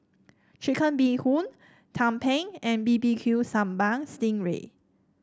Chicken Bee Hoon tumpeng and B B Q Sambal Sting Ray